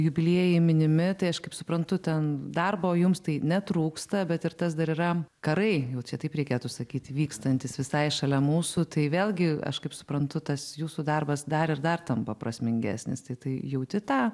jubiliejai minimi tai aš kaip suprantu ten darbo jums tai netrūksta bet ir tas dar yra karai čia taip reikėtų sakyti vykstantys visai šalia mūsų tai vėlgi aš kaip suprantu tas jūsų darbas dar ir dar tampa prasmingesnis tai tai jauti tą